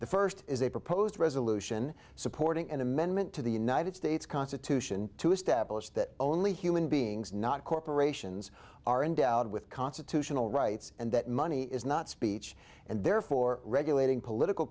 the first is a proposed resolution supporting an amendment to the united states constitution to establish that only human beings not corporations are endowed with constitutional rights and that money is not speech and therefore regulating political